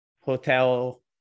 hotel